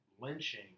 lynching